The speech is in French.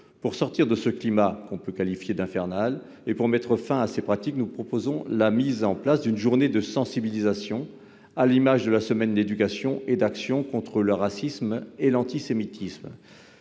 Pour sortir de ce climat que l'on peut qualifier d'infernal et pour mettre fin à ces pratiques, nous proposons la mise en place d'une journée de sensibilisation, à l'image de la semaine d'éducation et d'actions contre le racisme et l'antisémitisme.